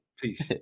Peace